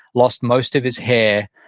lost most of his hair,